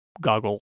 goggle